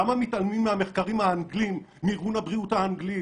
למה מתעלמים מהמחקרים האנגלים מארגון הבריאות האנגלי,